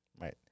Right